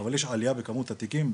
אבל יש עלייה בכמות התיקים,